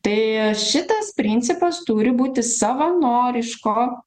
tai šitas principas turi būti savanoriško